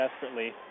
desperately